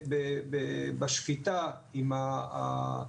יחד עם המשטרה,